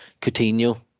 Coutinho